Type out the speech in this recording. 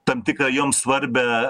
tam tikrą joms svarbią